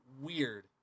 weird